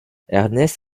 ernest